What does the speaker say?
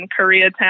Koreatown